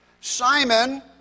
Simon